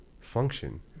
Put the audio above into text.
function